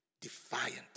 defiant